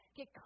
Get